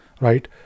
right